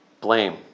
Blame